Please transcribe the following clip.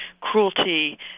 cruelty